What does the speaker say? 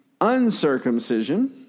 uncircumcision